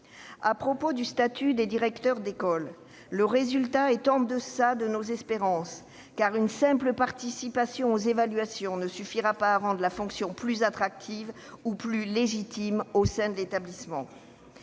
Concernant le statut des directeurs d'école, le résultat est en deçà de nos espérances, car une simple participation aux évaluations ne suffira pas à rendre la fonction plus attractive ou plus légitime au sein de l'établissement.